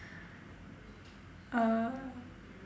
uh